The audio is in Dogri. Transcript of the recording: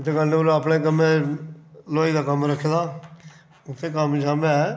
दकानां पर अपने कम्म ऐ लुहाई दा कम्म ऐ रक्खे दा उत्थै कम्म शम्म ऐ